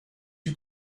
you